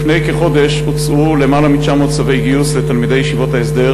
לפני כחודש הוצאו למעלה מ-900 צווי גיוס לתלמידי ישיבות ההסדר